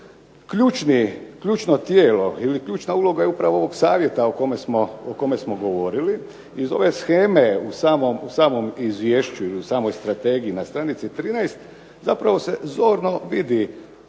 Ključno tijelo ili ključna uloga je upravo ovog savjeta o kome smo govorili iz ove sheme u samom izvješću ili u samoj strategiji na str. 13. zapravo se zorno vidi